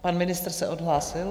Pan ministr se odhlásil?